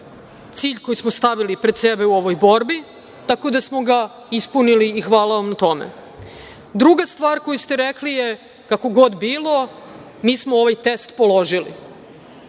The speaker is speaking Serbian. cilj koji smo stavili pred sebe u ovoj borbi. Tako da smo ga ispunili i hvala vam na tome. Druga stvar koju ste rekli je, kako god bilo, mi smo ovaj test položili.